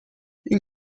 این